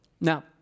Now